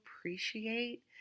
appreciate